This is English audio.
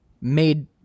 made